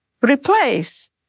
replace